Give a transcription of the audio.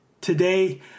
Today